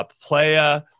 Playa